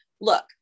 look